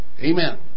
Amen